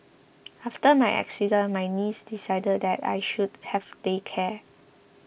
after my accident my niece decided that I should have day care